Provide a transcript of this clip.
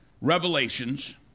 Revelations